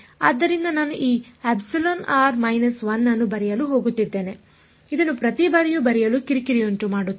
ಆದ್ದರಿಂದ ನಾನು ಈ ಅನ್ನು ಬರೆಯಲು ಹೋಗುತ್ತಿದ್ದೇನೆ ಇದನ್ನು ಪ್ರತಿ ಬಾರಿಯೂ ಬರೆಯಲು ಕಿರಿಕಿರಿಯುಂಟುಮಾಡುತ್ತದೆ